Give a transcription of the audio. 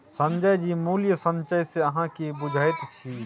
संजय जी मूल्य संचय सँ अहाँ की बुझैत छी?